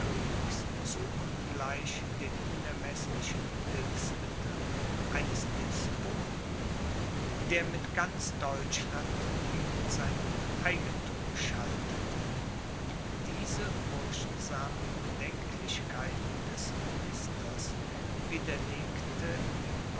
zu ungleich den unermeßlichen hilfsmitteln eines despoten der mit ganz deutschland wie mit seinem eigenthum schaltete diese furchtsamen bedenklichkeiten des ministers widerlegte die